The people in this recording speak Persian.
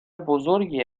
بزرگی